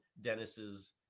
Dennis's